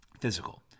Physical